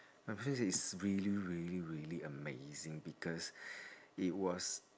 my friend say it's really really really amazing because it was